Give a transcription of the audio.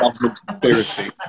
conspiracy